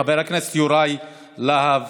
חבר הכנסת יוראי להב.